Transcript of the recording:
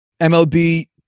MLB